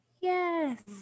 Yes